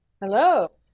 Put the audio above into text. hello